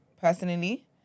personally